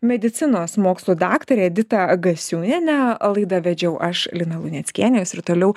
medicinos mokslų daktarę editą gasiūnienę laidą vedžiau aš lina luneckienė jūs ir toliau